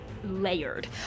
layered